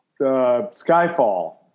Skyfall